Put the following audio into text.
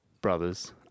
brothers